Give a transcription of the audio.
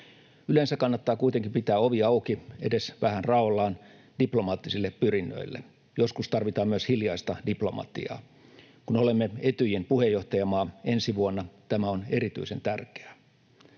Yleensä kannattaa kuitenkin pitää ovi auki — edes vähän raollaan — diplomaattisille pyrinnöille. Joskus tarvitaan myös hiljaista diplomatiaa. Kun olemme Etyjin puheenjohtajamaa ensi vuonna, tämä on erityisen tärkeää.